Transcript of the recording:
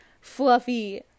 fluffy